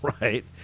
Right